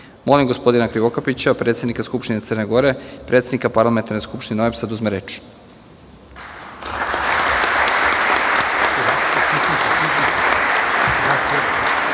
gospodina Ranka Krivokapića, predsednika Skupštine Crne Gore i predsednika Parlamentarne skupštine OEBS–a, da uzme reč.